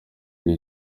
gihe